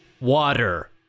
Water